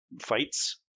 fights